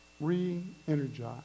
Re-energize